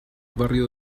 barrio